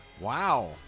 Wow